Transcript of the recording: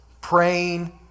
praying